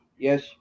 Yes